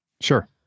Sure